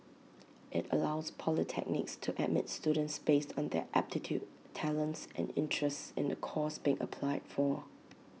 IT allows polytechnics to admit students based on their aptitude talents and interests in the course being applied for